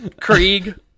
krieg